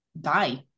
die